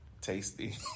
tasty